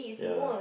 ya